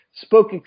spoke